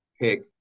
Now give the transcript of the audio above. pick